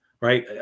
right